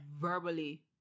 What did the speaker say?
verbally